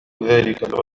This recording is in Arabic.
ذلك